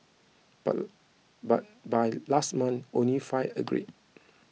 but by by last month only five agreed